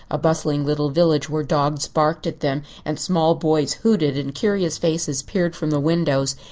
a bustling little village where dogs barked at them and small boys hooted and curious faces peered from the windows,